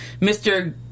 Mr